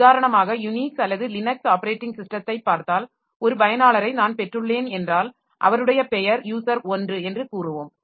உதாரணமாக யூனிக்ஸ் அல்லது Linux operating ஸிஸ்டத்தைப் பார்த்தால் ஒரு பயனாளரை நான் பெற்றுள்ளேன் என்றால் அவருடைய பெயர் யூசர் 1 என்று கூறுவோம்